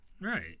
right